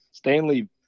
Stanley